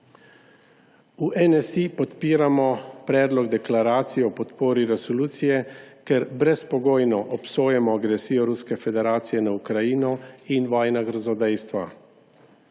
V NSi podpiramo predlog deklaracije o podpori resoluciji, ker brezpogojno obsojamo agresijo Ruske federacije nad Ukrajino in vojna grozodejstva.